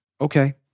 Okay